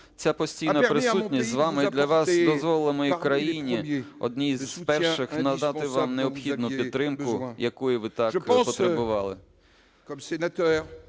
Ця постійна присутність з вами і для вас дозволила моїй країні одній з перших надати вам необхідну підтримку, якої ви так потребували.